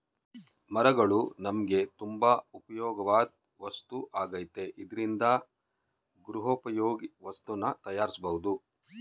ಮರಗಳು ನಮ್ಗೆ ತುಂಬಾ ಉಪ್ಯೋಗವಾಧ್ ವಸ್ತು ಆಗೈತೆ ಇದ್ರಿಂದ ಗೃಹೋಪಯೋಗಿ ವಸ್ತುನ ತಯಾರ್ಸ್ಬೋದು